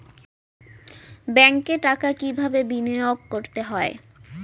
ব্যাংকে টাকা কিভাবে বিনোয়োগ করতে হয়?